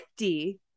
50